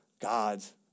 God's